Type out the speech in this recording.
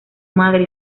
madre